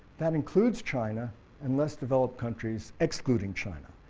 that includes china and less developed countries excluding china.